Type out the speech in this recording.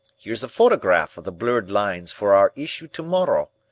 here's a photograph of the blurred lines for our issue to-morrow.